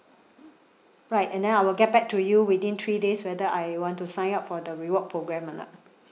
right and then I will get back to you within three days whether I want to sign up for the reward programme or not